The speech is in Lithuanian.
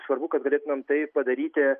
svarbu kad galėtumėm tai padaryti